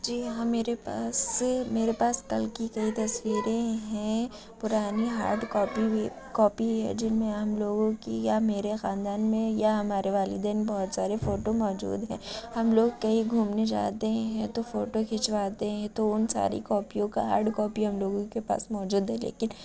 جی ہاں میرے پاس میرے پاس کل کی کئی تصویریں ہیں پرانی ہارڈ کاپی بھی کاپی ہے جن میں ہم لوگوں کی یا میرے خاندان میں یا ہمارے والدین بہت سارے فوٹو موجود ہیں ہم لوگ کہیں گھومنے جاتے ہیں تو فوٹو کھنچواتے ہیں تو ان ساری کاپیوں کا ہارڈ کاپی ہم لوگوں کے پاس موجود ہے لیکن